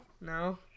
No